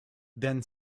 then